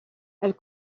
elles